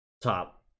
top